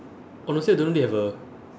honestly I don't really have a